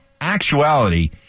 actuality